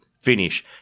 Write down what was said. finish